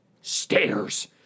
Stairs